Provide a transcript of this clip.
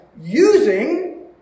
using